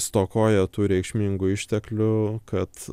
stokoja tų reikšmingų išteklių kad